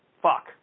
fuck